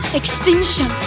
extinction